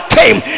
came